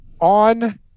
on